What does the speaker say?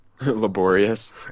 Laborious